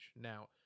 Now